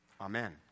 Amen